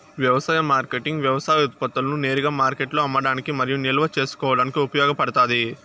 వ్యవసాయ మార్కెటింగ్ వ్యవసాయ ఉత్పత్తులను నేరుగా మార్కెట్లో అమ్మడానికి మరియు నిల్వ చేసుకోవడానికి ఉపయోగపడుతాది